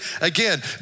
again